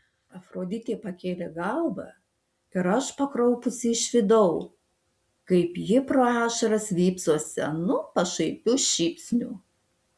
afroditė pakėlė galvą ir aš pakraupusi išvydau kaip ji pro ašaras vypso senu pašaipiu šypsniu